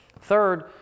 Third